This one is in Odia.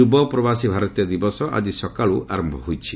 ଯୁବ ପ୍ରବାସୀ ଭାରତୀୟ ଦିବସ ଆଜି ସକାଳୁ ଆରମ୍ଭ ହୋଇଛି